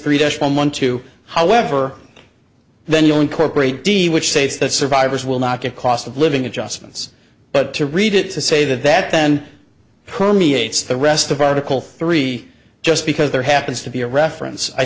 three days from one to however then you incorporate d which saves that survivors will not get cost of living adjustments but to read it to say that that then permeates the rest of article three just because there happens to be a reference i